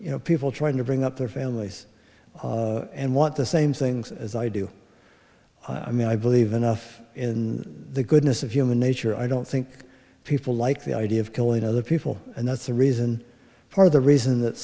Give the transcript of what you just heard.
you know people trying to bring up their families and want the same things as i do i mean i believe enough in the goodness of human nature i don't think people like the idea of killing other people and that's the reason part of the reason that